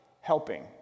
Helping